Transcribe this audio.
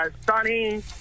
Sunny